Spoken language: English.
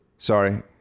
Sorry